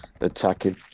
attacking